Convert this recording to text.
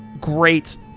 great